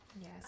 Yes